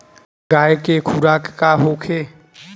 गाय के खुराक का होखे?